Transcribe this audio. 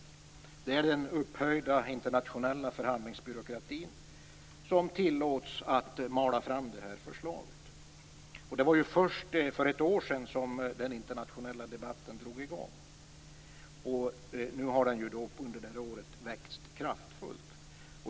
Det är den upphöjda internationella förhandlingsbyråkratin som tillåts att mala fram detta förslag. Det var först för ett år sedan som den internationella debatten drog i gång. Under detta år har den vuxit kraftfullt.